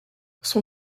son